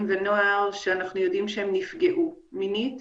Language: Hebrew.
ונוער שאנחנו יודעים שהם נפגעו מינית,